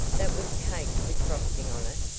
that was cake with frosting on it.